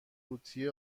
قوطی